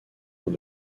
dans